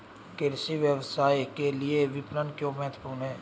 कृषि व्यवसाय के लिए विपणन क्यों महत्वपूर्ण है?